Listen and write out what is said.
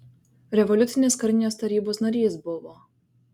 revoliucinės karinės tarybos narys buvo